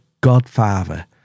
godfather